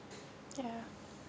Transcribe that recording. ya